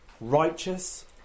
righteous